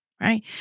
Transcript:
right